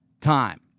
time